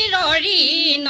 and already and